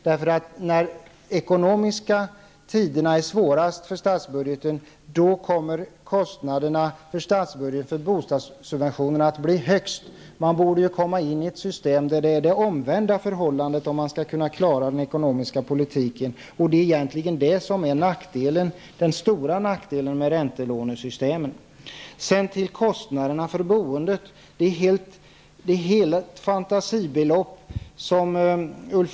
När de ekonomiska tiderna är som svårast, blir kostnaderna för bostadssubventionerna som högst. Man borde kunna införa ett system där förhållandet blir det omvända, om man skall kunna klara den ekonomiska politiken. Det är egentligen detta som är den stora nackdelen med räntelånesystemet. När det gäller kostnaderna för boendet, använder sig Ulf Lönnqvist av rena fantasibeloppen.